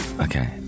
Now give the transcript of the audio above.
Okay